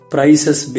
Prices